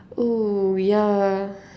oh ya